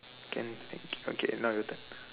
can thank you okay now your turn